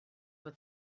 for